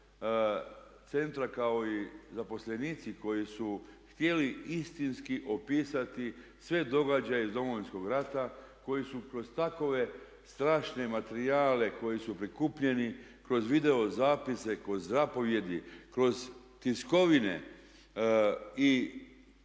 kao i zaposlenici koji su htjeli istinski opisati sve događaje iz domovinskog rata koji su kroz takove strašne materijale koji su prikupljeni kroz videozapise, kroz zapovjedi, kroz tiskovine i